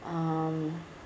um